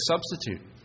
substitute